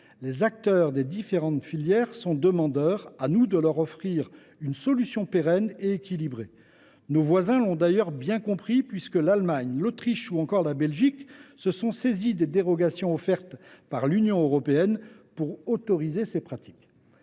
Les acteurs des différentes filières sont demandeurs : à nous de leur offrir une solution pérenne et équilibrée ! Nos voisins l’ont d’ailleurs bien compris puisque l’Allemagne, l’Autriche ou encore la Belgique se sont saisies des dérogations offertes par l’Union européenne pour autoriser ces pratiques.